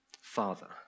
Father